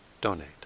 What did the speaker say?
donate